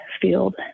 field